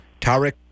Tarek